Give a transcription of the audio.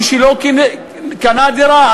מי שלא קנה דירה,